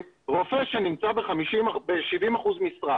הוא עושה את החשבון המקומי שלו.